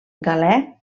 galè